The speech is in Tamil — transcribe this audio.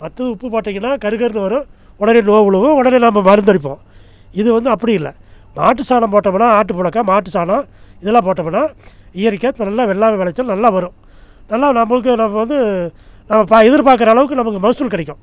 மத்து உப்பு போட்டிங்கனா கரு கருனு வரும் உடனே நோவு விழுவும் உடனே நம்ம மருந்து அடிப்போம் இது வந்து அப்படி இல்லை மாட்டு சாணம் போட்டம்னா ஆடு புழுக்க மாட்டு சாணம் இதெல்லாம் போட்டம்னா இயற்கையாக நல்லா வெள்ளாமை விளைச்சல் நல்லா வரும் நல்லா நம்மளுக்கு நம்ம வந்து நம்ம ப எதிர் பார்க்குற அளவுக்கு நமக்கு மகசூல் கிடைக்கும்